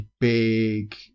big